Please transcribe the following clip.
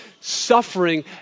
suffering